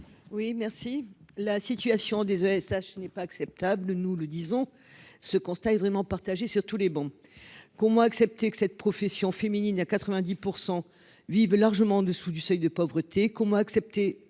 Oui merci la situation des AESH n'est pas acceptable, nous le disons, ce constat est vraiment partagée sur tous les bancs qu'moins accepter que cette profession féminine à 90 % vivent largement en dessous du seuil de pauvreté,